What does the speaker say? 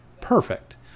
perfect